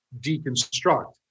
deconstruct